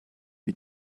wie